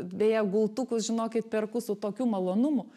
beje gultukus žinokit perku su tokiu malonumu